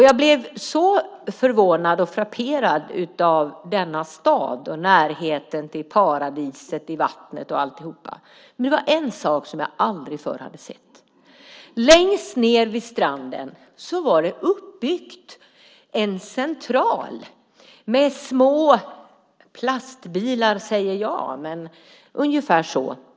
Jag blev så förvånad och frapperad av denna stad, närheten till paradiset i vattnet och alltihop. Men det fanns en sak som jag aldrig förr hade sett. Längst ned vid stranden fanns en central uppbyggd med små röda plastbilar - jag kallar dem så.